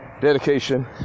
dedication